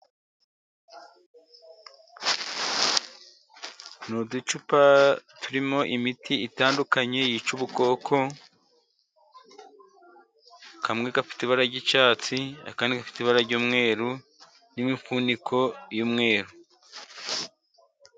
Ni uducupa turimo imiti itandukanye yica ubukoko, kamwe gafite ibara ry'icyatsi, akandi gafite ibara ry'umweru, n'imifuniko y'umweru.